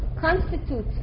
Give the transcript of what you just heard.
constitute